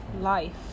life